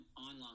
online